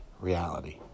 reality